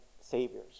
Saviors